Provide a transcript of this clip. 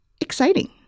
Exciting